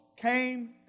came